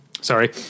Sorry